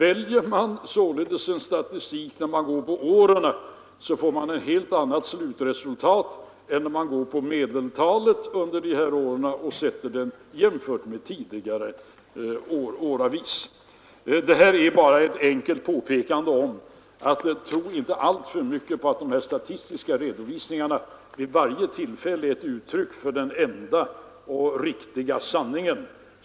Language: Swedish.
Väljer man således en statistik som visar siffrorna år för år, får man ett helt annat slutresultat än när man går på medeltalet under en femårsperiod. Det här är bara ett enkelt påpekande om att man inte skall tro alltför mycket på att de statistiska redovisningarna vid varje tillfälle ger uttryck för den enda och hela sanningen.